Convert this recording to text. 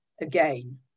again